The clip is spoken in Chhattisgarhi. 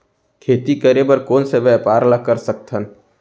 खेती करे बर कोन से व्यापार ला कर सकथन?